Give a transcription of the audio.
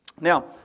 Now